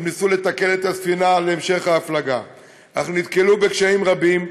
הם ניסו לתקן את הספינה להמשך ההפלגה אך נתקלו בקשיים רבים.